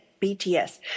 BTS